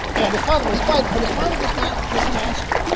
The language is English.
and his father was white but his father was not his master.